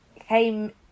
came